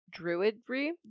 Druidry